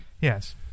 Yes